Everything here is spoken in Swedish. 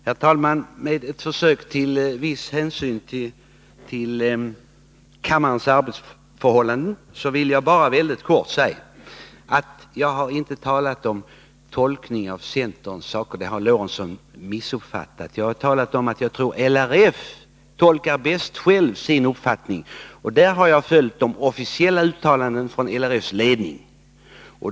Herr talman! Med ett försök till viss hänsyn till kammarens arbetsförhållanden vill jag bara mycket kortfattat säga att jag inte har talat om tolkningen av centerns uppfattningar. Det har herr Lorentzon missuppfattat. Jag har sagt att jag tror att LRF självt bäst tolkar sin uppfattning, och jag har följt de officiella uttalandena från LRF:s ledning.